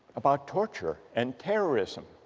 about torture and terrorism